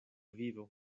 vivo